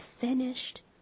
finished